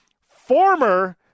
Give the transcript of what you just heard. former